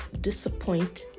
Disappoint